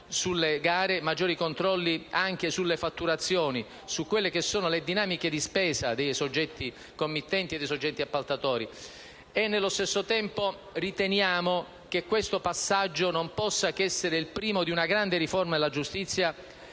neri, a maggiori controlli sulle gare, sulle fatturazioni, sulle dinamiche di spesa dei soggetti committenti e di quelli appaltatori. Al tempo stesso riteniamo che questo passaggio non possa che essere il primo di una grande riforma della giustizia